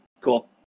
cool